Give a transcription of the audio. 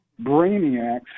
brainiacs